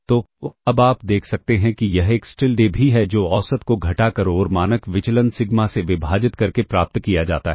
तो अब आप देख सकते हैं कि यह एक्स टिलडे भी है जो औसत को घटाकर और मानक विचलन सिग्मा से विभाजित करके प्राप्त किया जाता है